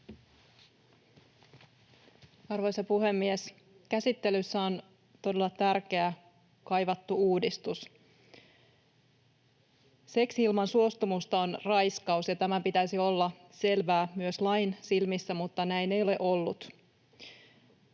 Arvoisa puhemies! Käsittelyssä on todella tärkeä, kaivattu uudistus. Seksi ilman suostumusta on raiskaus, ja tämän pitäisi olla selvää myös lain silmissä, mutta näin ei ole ollut.